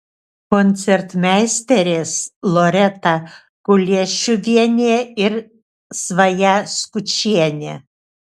koncertmeisterės loreta kuliešiuvienė ir svaja skučienė